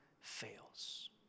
fails